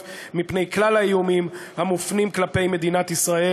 מפני כלל האיומים המופנים כלפי מדינת ישראל.